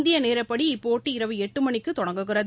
இந்திய நேரப்படி இப்போட்டி இரவு எட்டு மணிக்கு தொடங்குகிறது